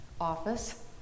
office